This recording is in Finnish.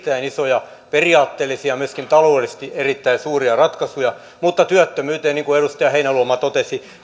isoja periaatteellisia ja myöskin taloudellisesti erittäin suuria ratkaisuja mutta työttömyyteen työllisyystilanteeseen niin kuin edustaja heinäluoma totesi